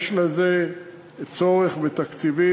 יש לזה צורך בתקציבים.